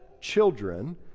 children